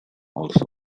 also